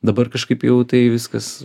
dabar kažkaip jau tai viskas